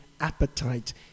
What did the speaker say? appetite